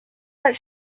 that